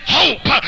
hope